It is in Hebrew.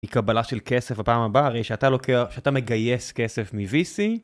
היא קבלה של כסף הפעם הבאה הרי שאתה מגייס כסף מVC